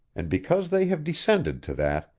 and because they have descended to that,